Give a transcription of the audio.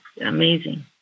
Amazing